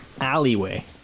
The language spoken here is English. alleyway